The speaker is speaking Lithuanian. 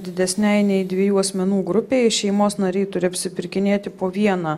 didesnei nei dviejų asmenų grupei šeimos nariai turi apsipirkinėti po vieną